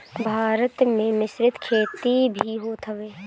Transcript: भारत में मिश्रित खेती भी होत हवे